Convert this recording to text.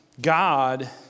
God